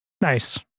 Nice